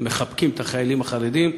"מחבקים את החיילים החרדים".